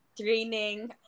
training